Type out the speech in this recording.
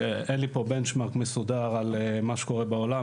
אין לי פה benchmark מסודר על מה שקורה בעולם,